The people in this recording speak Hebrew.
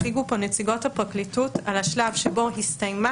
הציגו כאן נציגות הפרקליטות על השלב שבו הסתיימה